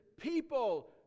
people